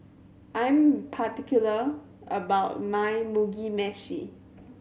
I'm particular about my Mugi Meshi